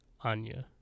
Anya